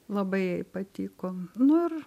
labai jai patiko nu ir